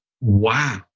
Wow